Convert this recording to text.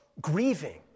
grieving